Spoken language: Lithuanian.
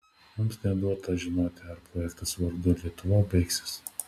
mums neduota žinoti ar projektas vardu lietuva baigsis